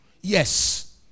Yes